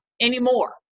anymore